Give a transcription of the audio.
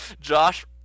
Josh